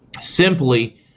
simply